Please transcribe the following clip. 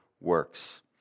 works